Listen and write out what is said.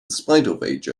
spite